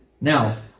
Now